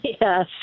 Yes